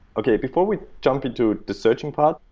okay. before we jump into the searching part,